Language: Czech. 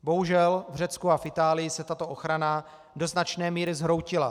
Bohužel v Řecku a v Itálii se tato ochrana do značné míry zhroutila.